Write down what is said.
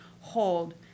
hold